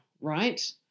right